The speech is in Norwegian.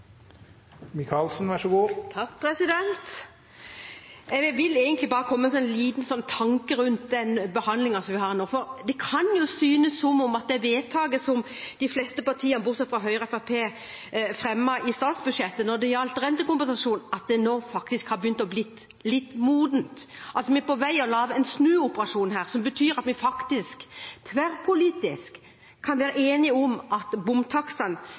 Jeg vil egentlig bare komme med en liten tanke rundt den behandlingen som vi har nå. Det kan synes som om det forslaget som de fleste partiene, bortsett fra Høyre og Fremskrittspartiet, fremmet i forbindelse med statsbudsjettet når det gjaldt rentekompensasjon, faktisk har begynt å bli litt modent. Vi er på vei til å lage en snuoperasjon her som betyr at vi faktisk tverrpolitisk kan være enige om at bomtakstene